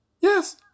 Yes